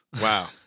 Wow